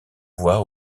voix